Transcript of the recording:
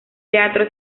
teatro